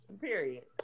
Period